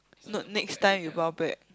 note next time you 包 back